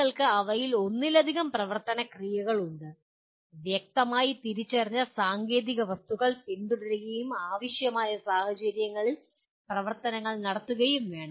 നിങ്ങൾക്ക് അവയിൽ ഒന്നിലധികം പ്രവർത്തന ക്രിയകൾ ഉണ്ട് വ്യക്തമായി തിരിച്ചറിഞ്ഞ സാങ്കേതിക വസ്തുക്കൾ പിന്തുടരുകയും ആവശ്യമായ സാഹചര്യങ്ങളിൽ പ്രവർത്തനങ്ങൾ നടത്തുകയും വേണം